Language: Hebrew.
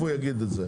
תכף הוא יגיד את זה.